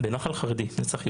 בנח"ל חרדי, נצח יהודה.